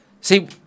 See